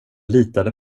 litade